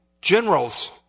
generals